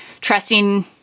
trusting